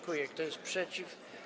Kto jest przeciw?